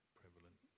prevalent